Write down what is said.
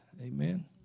Amen